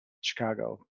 Chicago